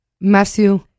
Matthew